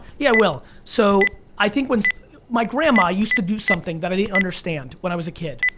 yeah i will. so i think when my grandma used to do something that i didn't understand when i was a kid.